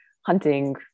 hunting